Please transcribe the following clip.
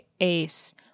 ace